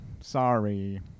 Sorry